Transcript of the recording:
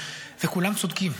וכולם צודקים,